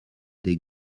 des